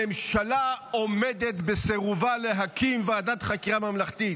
הממשלה עומדת בסירובה להקים ועדת חקירה ממלכתית,